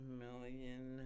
million